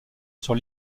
sur